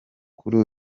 kuri